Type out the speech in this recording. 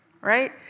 right